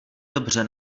dobře